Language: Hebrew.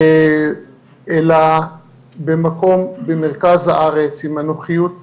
אלא במקום במרכז הארץ עם הנוחיות שלהם,